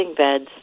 beds